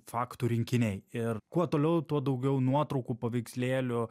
faktų rinkiniai ir kuo toliau tuo daugiau nuotraukų paveikslėlių